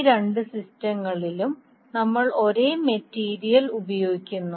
ഈ രണ്ട് സിസ്റ്റങ്ങളിലും നമ്മൾ ഒരേ മെറ്റീരിയൽ ഉപയോഗിക്കുന്നു